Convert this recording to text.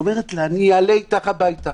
אומרת לה, אני אעלה איתך הביתה.